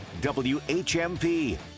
WHMP